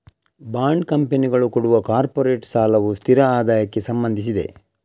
bond ಕಂಪನಿಗಳು ಕೊಡುವ corporate ಸಾಲವು ಸ್ಥಿರ ಆದಾಯಕ್ಕೆ ಸಂಬಂಧಿಸಿದೆ